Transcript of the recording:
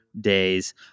days